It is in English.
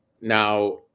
Now